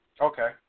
Okay